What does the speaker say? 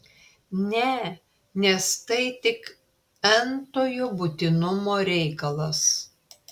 ne nes tai tik n tojo būtinumo reikalas